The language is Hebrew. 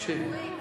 תקשיבי.